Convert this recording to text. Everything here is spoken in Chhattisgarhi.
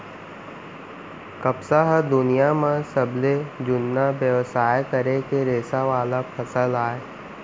कपसा ह दुनियां म सबले जुन्ना बेवसाय करे के रेसा वाला फसल अय